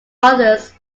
others